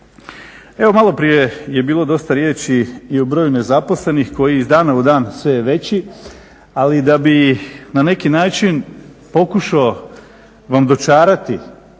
Evo maloprije je bilo dosta riječi i o broju nezaposlenih koji iz dana u dan sve je veći, ali da bi na neki način pokušao vam dočarati